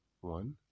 one